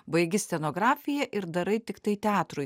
baigi scenografiją ir darai tiktai teatrui